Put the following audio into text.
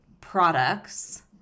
products